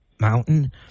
mountain